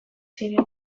ziren